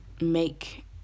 make